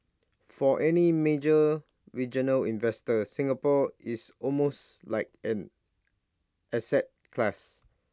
for any major regional investor Singapore is almost like an asset class